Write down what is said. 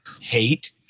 hate